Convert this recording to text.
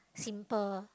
simple